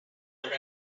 like